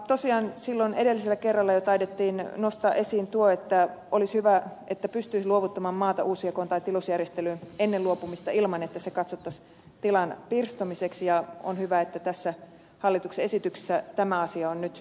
tosiaan silloin edellisellä kerralla jo taidettiin nostaa esiin tuo että olisi hyvä että pystyisi luovuttamaan maata uusjakoon tai tilusjärjestelyyn ennen luopumista ilman että se katsottaisiin tilan pirstomiseksi ja on hyvä että tässä hallituksen esityksessä tämä asia on nyt huomioitu